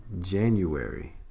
January